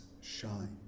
shine